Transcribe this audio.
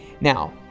Now